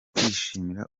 kwishimira